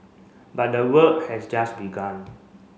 but the work has just begun